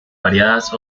variadas